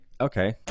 okay